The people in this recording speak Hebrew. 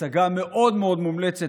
הצגה מאוד מאוד מומלצת,